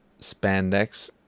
spandex